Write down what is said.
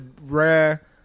rare